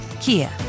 Kia